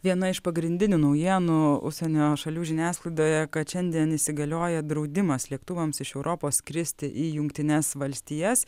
viena iš pagrindinių naujienų užsienio šalių žiniasklaidoje kad šiandien įsigalioja draudimas lėktuvams iš europos skristi į jungtines valstijas